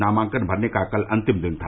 नामांकन भरने का कल अंतिम दिन था